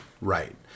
right